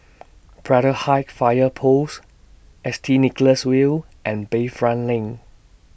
Braddell Heights Fire Post S T Nicholas View and Bayfront LINK